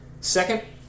Second